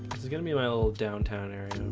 this is gonna be my little downtown area